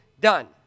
done